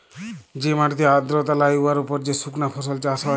যে মাটিতে আর্দ্রতা লাই উয়ার উপর যে সুকনা ফসল চাষ হ্যয়